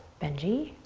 benji.